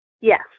Yes